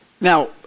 Now